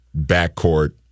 backcourt